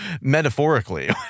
metaphorically